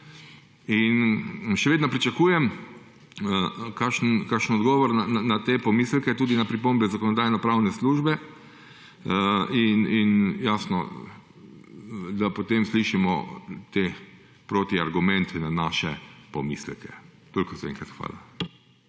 Še vedno pričakujem kakšen odgovor na te pomisleke tudi na pripombe Zakonodajno-pravne službe in jasno, da potem slišimo te protiargumente na naše pomisleke. Toliko za enkrat. Hvala.